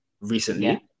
recently